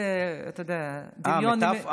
זה, אתה יודע, מטפורה.